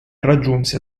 raggiunse